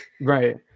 Right